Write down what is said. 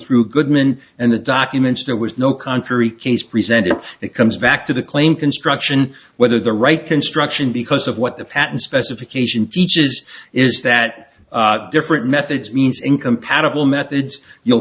through goodman and the documents there was no contrary case presented it comes back to the claim construction whether the right construction because of what the patent specification teaches is that different methods means incompatible methods you'll